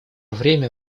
время